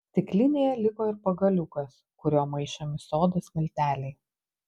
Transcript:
stiklinėje liko ir pagaliukas kuriuo maišomi sodos milteliai